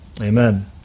Amen